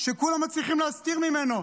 שכולם מצליחים להסתיר ממנו,